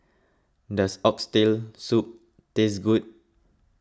does Oxtail Soup taste good